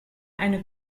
eine